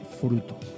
fruto